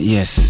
Yes